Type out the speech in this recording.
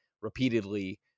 repeatedly